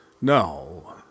No